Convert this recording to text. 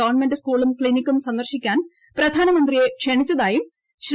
government സ്കൂളും ക്ലീനിക്കും സന്ദർശിക്കാൻ പ്രധാനമന്ത്രിയെ ക്ഷണിച്ചതായും ശ്രീ